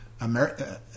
America